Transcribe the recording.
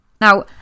Now